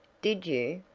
did you?